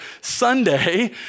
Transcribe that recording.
Sunday